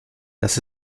das